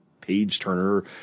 page-turner